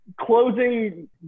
closing